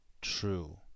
true